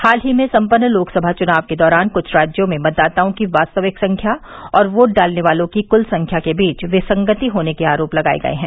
हाल ही में सम्पन्न लोकसभा चुनाव के दौरान कुछ राज्यों में मतदाताओं की वास्तविक संख्या और वोट डालने वालों की कुल संख्या के बीच विसंगति होने के आरोप लगाए गये हैं